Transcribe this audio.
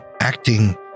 acting